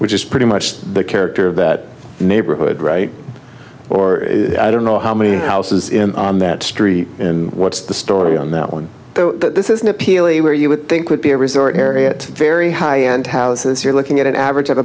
which is pretty much the character of that neighborhood right or i don't know how many houses in on that street and what's the story on that one though this is an appeal where you would think would be a resort area at very high end houses you're looking at an average of